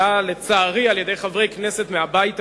אלא, לצערי, על חברי כנסת מהבית הזה,